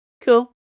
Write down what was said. Cool